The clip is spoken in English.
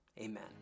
Amen